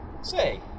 Say